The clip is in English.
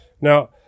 Now